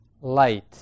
light